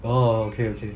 okay okay